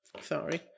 Sorry